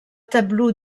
tableaux